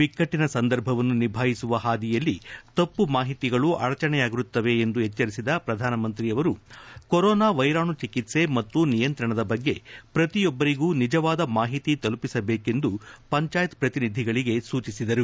ಬಿಕ್ಕಟ್ಟನ ಸಂದರ್ಭವನ್ನು ನಿಭಾಯಿಸುವ ಹಾದಿಯಲ್ಲಿ ತಪ್ಪು ಮಾಹಿತಿಗಳು ಅಡಚಣೆಯಾಗಿರುತ್ತವೆ ಎಂದು ಎಚ್ಚರಿಸಿದ ಪ್ರಧಾನಮಂತ್ರಿಯವರು ಕೊರೋನಾ ವೈರಾಣು ಚಿಕಿತ್ಸೆ ಮತ್ತು ನಿಯಂತ್ರಣದ ಬಗ್ಗೆ ಪ್ರತಿಯೊಬ್ಬರಿಗೂ ನಿಜವಾದ ಮಾಹಿತಿ ತಲುಪಿಸಬೇಕೆಂದು ಪಂಚಾಯತ್ ಪ್ರತಿನಿಧಿಗಳಿಗೆ ಸೂಚಿಸಿದರು